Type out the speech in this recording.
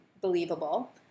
believable